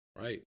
right